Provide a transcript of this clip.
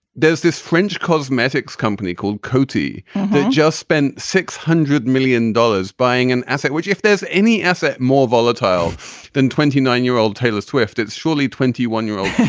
there's this fringe cosmetics company called koti just spent six hundred million dollars buying an asset, which, if there's any asset more volatile than twenty nine year old taylor swift, it's surely twenty one year old,